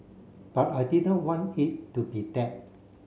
but I didn't want it to be tag